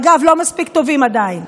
אגב, לא מספיק טובים עדיין.